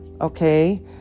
Okay